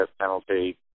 penalty